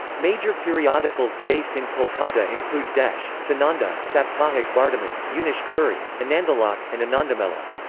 major periodicals based in kolkata include desh, sananda, saptahik bartaman, unish-kuri, anandalok, and anandamela.